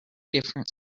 different